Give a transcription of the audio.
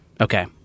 okay